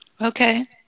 okay